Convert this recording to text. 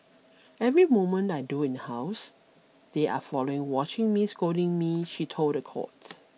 every moment I do in house they are following watching me scolding me she told the court